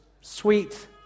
sweet